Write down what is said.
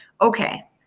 okay